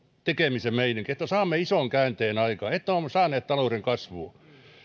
tekemisen meininki että saamme aikaan ison käänteen että olemme saaneet talouden kasvuun